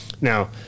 Now